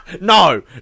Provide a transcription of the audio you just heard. no